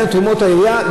תרומות לעירייה,